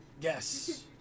Yes